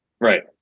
Right